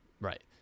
Right